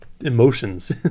emotions